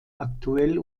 aktuell